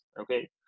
okay